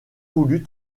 voulu